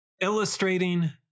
illustrating